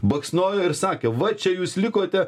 baksnojo ir sakė va čia jūs likote